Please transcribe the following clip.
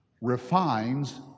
refines